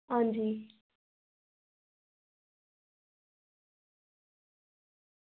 हां जी